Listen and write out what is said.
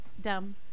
dumb